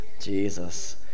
Jesus